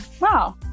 wow